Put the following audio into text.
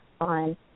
on